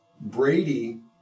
Brady